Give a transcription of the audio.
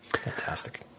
Fantastic